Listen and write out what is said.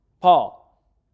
Paul